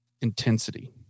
intensity